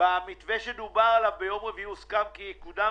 במתווה שדובר עליו ביום רביעי הוסכם כי יקודם